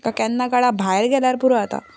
आतां केन्ना कांय भायर गेल्यार पुरो जाता